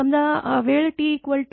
समजा वेळ t 5